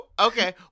okay